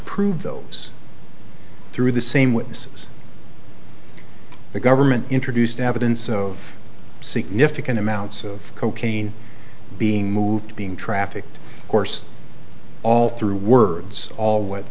prove those through the same witnesses the government introduced evidence of significant amounts of cocaine being moved being trafficked course all through words all what